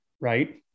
Right